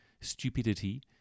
stupidity